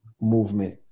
movement